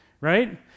right